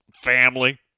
family